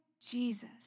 Jesus